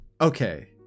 Okay